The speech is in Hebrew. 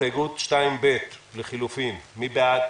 הסתייגות 2, לחילופין א' מי בעד?